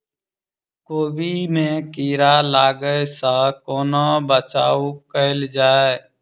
कोबी मे कीड़ा लागै सअ कोना बचाऊ कैल जाएँ?